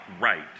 right